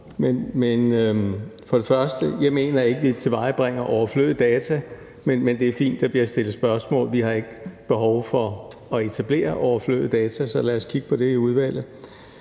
For det første mener jeg ikke, at vi tilvejebringer overflødige data, men det er fint, at der bliver stillet spørgsmål. Vi har ikke behov for at etablere overflødige data, så lad os kigge på det i udvalget.